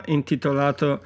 intitolato